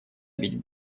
бить